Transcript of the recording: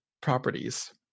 properties